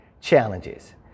challenges